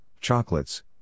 chocolates